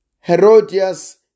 Herodias